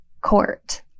court